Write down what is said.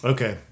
Okay